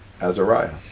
Azariah